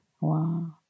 Wow